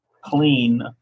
clean